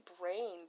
brain